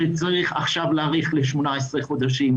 ל-18 חודשים,